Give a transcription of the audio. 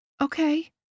Okay